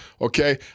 Okay